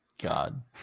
God